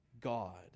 God